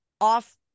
off